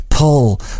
pull